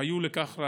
והראיה לכך,